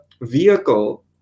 vehicle